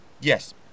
Yes